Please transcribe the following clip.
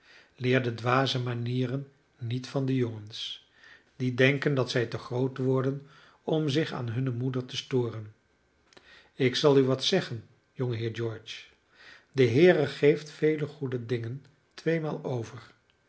de dwaze manieren niet van de jongens die denken dat zij te groot worden om zich aan hunne moeder te storen ik zal u wat zeggen jongeheer george de heere geeft vele goede dingen tweemaal over